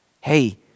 hey